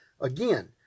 Again